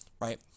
right